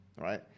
right